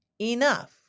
enough